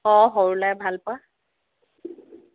অঁ সৰু ল'ৰাই ভাল পোৱা